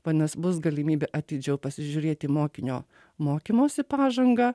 vadinas bus galimybė atidžiau pasižiūrėt į mokinio mokymosi pažangą